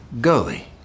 Gully